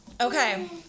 Okay